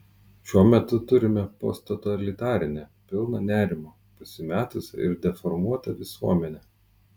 šiuo metu turime posttotalitarinę pilną nerimo pasimetusią ir deformuotą visuomenę